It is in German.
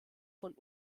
von